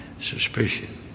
suspicion